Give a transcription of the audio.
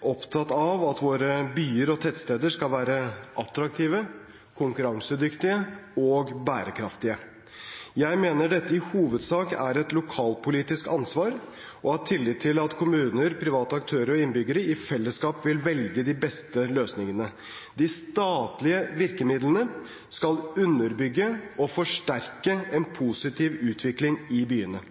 opptatt av at våre byer og tettsteder skal være attraktive, konkurransedyktige og bærekraftige. Jeg mener dette i hovedsak er et lokalpolitisk ansvar og har tillit til at kommuner, private aktører og innbyggere i fellesskap vil velge de beste løsningene. De statlige virkemidlene skal underbygge og forsterke en positiv utvikling i byene.